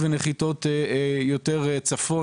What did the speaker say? את היית רוצה לחיות במושב סמוך למנחת בהיקף כזה?